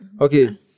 Okay